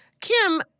Kim